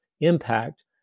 impact